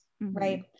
right